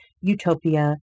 Utopia